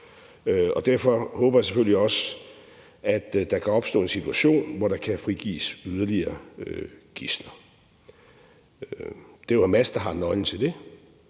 Derfor håber jeg selvfølgelig også, at der kan opstå en situation, hvor der kan frigives yderligere gidsler. Det er Hamas, der har nøglen til det,